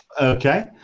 okay